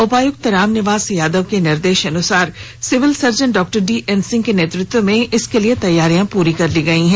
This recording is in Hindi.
उपायुक्त रामनिवास यादव के निर्देशानुसार civil surgeon Dr DN Singh के नेतृत्व में इसके लिए पूरी तैयारी कर ली गयी है